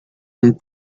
and